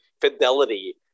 fidelity